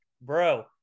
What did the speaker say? bro